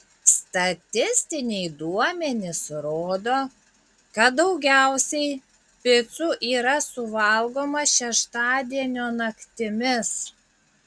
statistiniai duomenys rodo kad daugiausiai picų yra suvalgomą šeštadienio naktimis